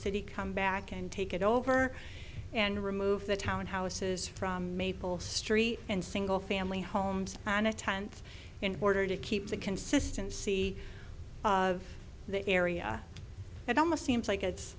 city come back and take it over and remove the townhouses from maple street and single family homes on a tenth in order to keep the consistency of the area it almost seems like it's